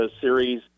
series –